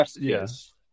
yes